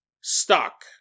stuck